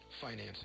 financing